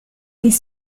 les